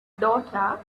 daughter